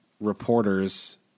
reporters